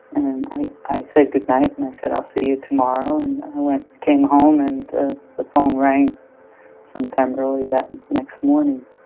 and i i said, goodnight. and i said, i'll see you tomorrow. and i went came home, and the the phone rang some time early that next morning.